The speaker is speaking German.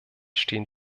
stehen